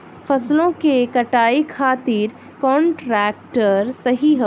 फसलों के कटाई खातिर कौन ट्रैक्टर सही ह?